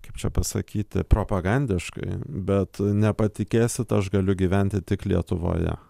kaip čia pasakyti propagandiškai bet nepatikėsit aš galiu gyventi tik lietuvoje